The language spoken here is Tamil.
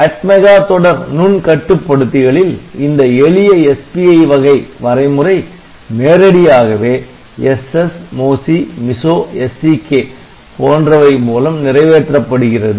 ATMEGA தொடர் நுண் கட்டுப்படுத்திகளில் இந்த எளிய SPI வகை வரைமுறை நேரடியாகவே SS MOSI MISO SCK போன்றவை மூலம் நிறைவேற்றப்படுகிறது